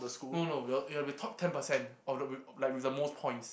no no your you have the top ten percent of the like with the most points